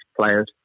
players